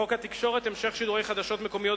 חוק התקשורת (המשך שידורי חדשות מקומיות